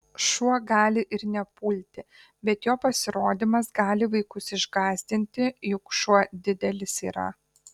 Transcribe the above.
šuo gali ir nepulti bet jo pasirodymas gali vaikus išgąsdinti juk šuo didelis yra